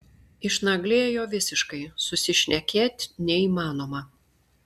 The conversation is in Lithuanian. išnaglėjo visiškai susišnekėt neįmanoma